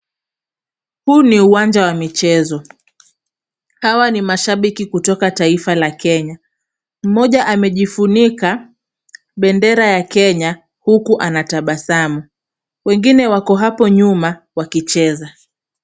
Huu ni uwanja wa michezo, hawa ni mashabiki kutoka taifa la Kenya, mmoja amejifunika bendera ya Kenya huku anatabasamu. Wengine wako hapo nyuma wakicheza.